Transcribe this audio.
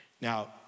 Now